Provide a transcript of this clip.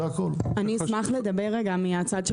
אשמח לדבר מהצד של